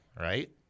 right